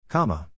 Comma